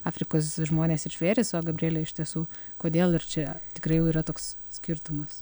afrikos žmones ir žvėris o gabriele iš tiesų kodėl ir čia tikrai jau yra toks skirtumas